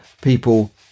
people